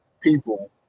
people